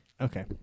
Okay